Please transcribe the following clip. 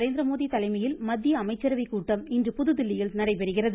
நரேந்திரமோடி தலைமையில் மத்திய அமைச்சரவை கூட்டம் இன்று புதுதில்லியில் நடைபெறுகிறது